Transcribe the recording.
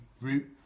route